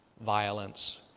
violence